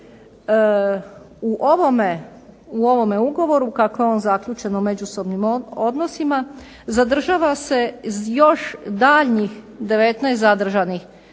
U ovome ugovoru kako je on zaključen u međusobnim odnosima zadržava se još daljnjih 19 zadržanih